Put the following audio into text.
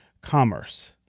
commerce